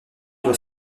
doit